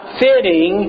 fitting